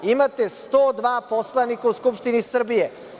Imate 102 poslanika u Skupštini Srbije.